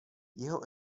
jeho